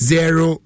Zero